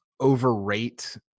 overrate